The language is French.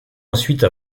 ensuite